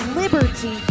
liberty